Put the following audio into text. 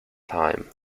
time